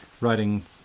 writing